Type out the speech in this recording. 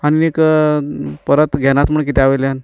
आनी परत घेनात म्हूण कित्या वयल्यान